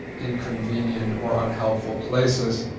inconvenient or unhelpful places,